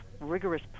Rigorous